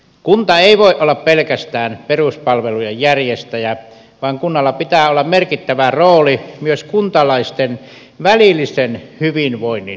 kunta ei voi olla pelkästään peruspalvelujen järjestäjä vaan kunnalla pitää olla merkittävä rooli myös kuntalaisten välillisen hyvinvoinnin edistäjänä